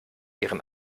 ihren